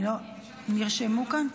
נרשמו דוברים?